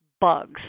bugs